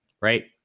right